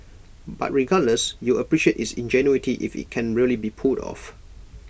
but regardless you'd appreciate its ingenuity if IT can really be pulled off